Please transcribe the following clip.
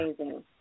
amazing